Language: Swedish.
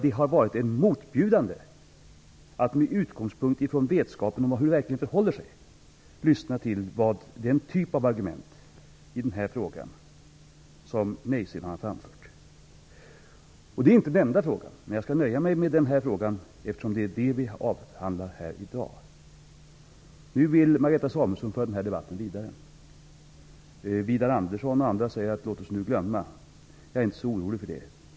Det har varit motbjudande att med utgångspunkt i vetskapen om hur det verkligen förhåller sig lyssna till den typ av argument i den här frågan som nejsidan har framfört. Det är inte den enda frågan, men jag skall nöja mig med den, eftersom det är den vi avhandlar här i dag. Nu vill Marianne Samuelsson föra den debatten vidare. Widar Andersson och andra säger: Låt oss nu glömma! Jag är inte så orolig.